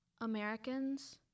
Americans